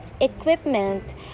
equipment